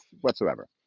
whatsoever